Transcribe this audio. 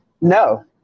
No